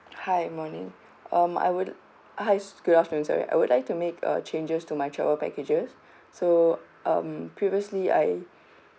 hi morning um I would hi good afternoon sorry I would like to make a changes to my travel packages so um previously I